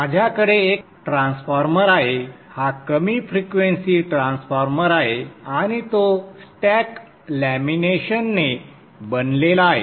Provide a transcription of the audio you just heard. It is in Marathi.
माझ्याकडे एक ट्रान्सफॉर्मर आहे हा कमी फ्रिक्वेंसी ट्रान्सफॉर्मर आहे आणि तो स्टॅक लॅमिनेशनने बनलेला आहे